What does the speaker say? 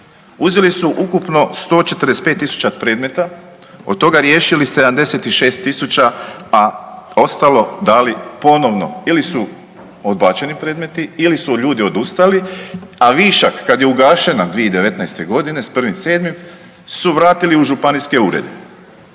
Uzeli su ukupno 145.000 predmeta, od toga riješili 76.000, a ostalo dali ponovno ili su odbačeni predmeti ili su ljudi odustali, a višak kad je ugašena 2019. godine s 1.7. su vratili u županijske urede.